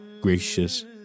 gracious